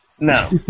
No